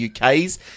UK's